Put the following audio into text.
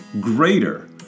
greater